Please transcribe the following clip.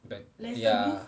back ya